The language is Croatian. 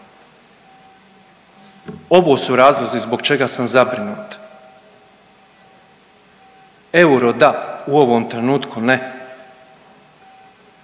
Ovo su razlozi zbog čega sam zabrinut. Euro da, u ovom trenutku ne,